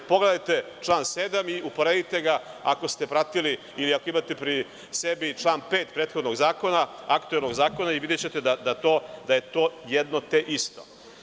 Pogledajte član 7. i uporedite ga, ako ste pratili ili ako imate pri sebi član 5. prethodnog zakona, aktuelnog zakona i videćete da je to jedno te isto.